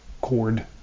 cord